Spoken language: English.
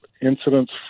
incidents